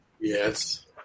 Yes